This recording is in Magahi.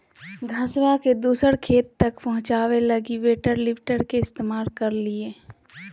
घसबा के दूसर खेत तक पहुंचाबे लगी वेट लिफ्टर के इस्तेमाल करलियै